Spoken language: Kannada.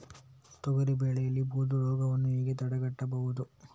ತೊಗರಿ ಬೆಳೆಯಲ್ಲಿ ಬೂದು ರೋಗವನ್ನು ಹೇಗೆ ತಡೆಗಟ್ಟಬಹುದು?